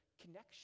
connection